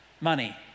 money